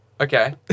Okay